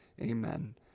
Amen